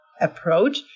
approach